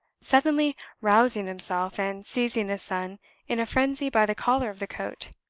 suddenly rousing himself, and seizing his son in a frenzy by the collar of the coat.